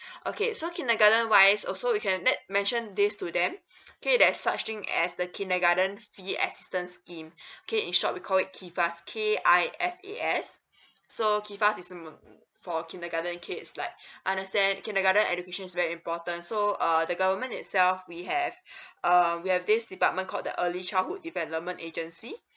okay so kindergarten wise also we can let mention this to them okay there's such thing as the kindergarten fee assistance scheme okay in short we call it KIFAS K I F A S so KIFAS is meant for kindergarten kids like understand kindergarten education is very important so uh the government itself we have uh we have this department called the early childhood development agency